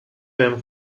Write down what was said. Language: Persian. بهم